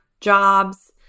jobs